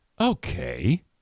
Okay